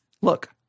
Look